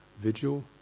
vigil